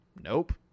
Nope